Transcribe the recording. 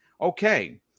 okay